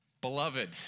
Beloved